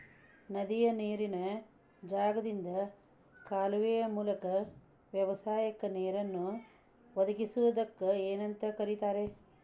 ನದಿಯ ನೇರಿನ ಜಾಗದಿಂದ ಕಾಲುವೆಯ ಮೂಲಕ ವ್ಯವಸಾಯಕ್ಕ ನೇರನ್ನು ಒದಗಿಸುವುದಕ್ಕ ಏನಂತ ಕರಿತಾರೇ?